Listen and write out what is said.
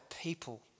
people